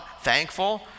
thankful